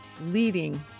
leading